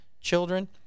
children